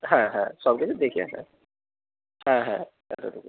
হ্যাঁ হ্যাঁ সব কিছু দেখিয়ে হ্যাঁ হ্যাঁ হ্যাঁ